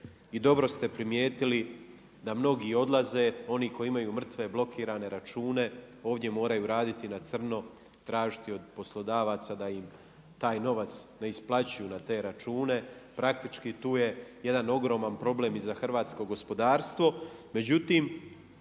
dobro ste primijetili da mnogi i odlaze oni koji imaju mrtve, blokirane račune, ovdje moraju raditi na crno, tražiti od poslodavaca da im taj novac ne isplaćuju na te račune, praktički tu je jedan ogroman problem i za hrvatsko gospodarstvo.